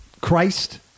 Christ